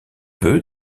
peu